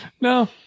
No